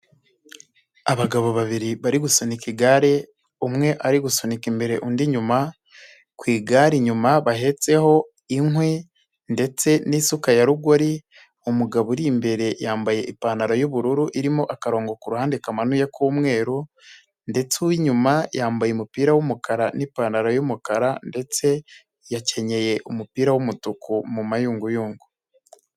Abagabo babiri bari gusunika igare, umwe ari gusunika imbere undi inyuma, ku igare inyuma bahetseho inkwi, ndetse n'isuka ya rugori. Umugabo uri imbere yambaye ipantaro yubururu irimo akarongo kuruhande kamanuye k'umweru, ndetse uw'inyuma yambaye umupira wumukara n'ipantaro yumukara ndetse, yakenyeye umupira w'umutuku mu mayunguyungo.